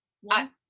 one